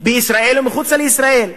בישראל ומחוץ לישראל.